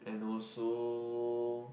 and also